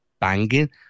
banging